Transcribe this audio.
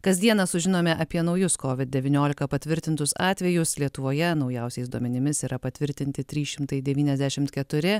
kasdieną sužinome apie naujus kovid devyniolika patvirtintus atvejus lietuvoje naujausiais duomenimis yra patvirtinti trys šimtai devyniasdešimt keturi